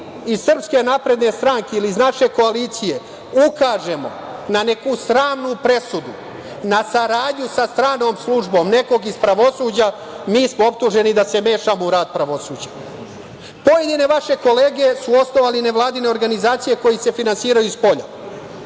i očišćeni. Kad mi iz SNS ili iz naše koalicije ukažemo na neku sramnu presudu, na saradnju sa stranom službom nekog iz pravosuđa, mi smo optuženi da se mešamo u rad pravosuđa. Pojedine vaše kolege su osnovali nevladine organizacije koje se finansiraju iz spolja.